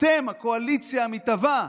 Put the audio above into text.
אתם, הקואליציה המתהווה,